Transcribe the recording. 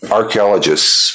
archaeologists